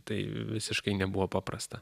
tai visiškai nebuvo paprasta